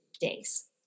days